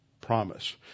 promise